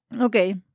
Okay